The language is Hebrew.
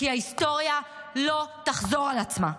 כי ההיסטוריה לא תחזור על עצמה,